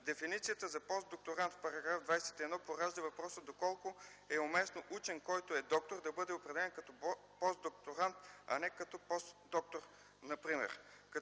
Дефиницията за „постдокторант” в § 21 поражда въпроса доколко е уместно учен, който е доктор да бъде определян като постдокторант, а не като „постдоктор” например.